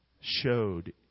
showed